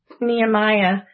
Nehemiah